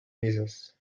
misas